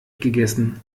gegessen